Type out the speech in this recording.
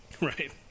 Right